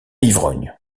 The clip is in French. ivrogne